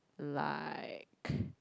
liked